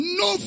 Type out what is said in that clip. no